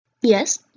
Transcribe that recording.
Yes